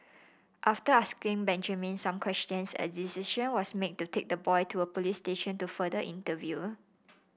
after asking Benjamin some questions a decision was made to take the boy to a police station to further interview